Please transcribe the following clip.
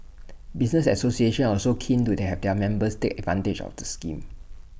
business associations are also keen to their their members take advantage of the scheme